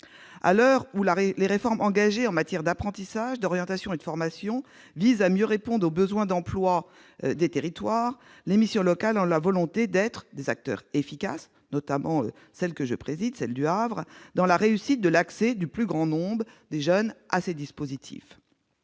À l'heure où les réformes engagées en matière d'apprentissage, d'orientation et de formation visent à mieux répondre aux besoins d'emplois des territoires, les missions locales ont la volonté d'être des acteurs efficaces, notamment celle du Havre, que je préside, dans la réussite de l'accès du plus grand nombre de jeunes à ces dispositifs.